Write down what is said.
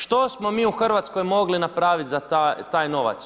Što smo mi u Hrvatskoj mogli napraviti za taj novac?